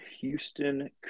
Houston